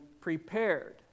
prepared